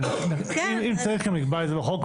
אם צריך נקבע את זה בחוק,